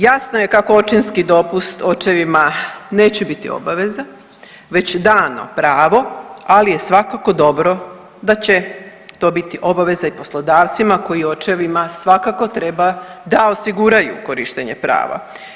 Jasno je kako očinski dopust očevima neće biti obaveza već dano pravo, ali je svakako dobro da će to biti i obaveza i poslodavcima koji očevima svakako treba da osiguraju korištenje prava.